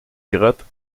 grottes